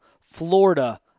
Florida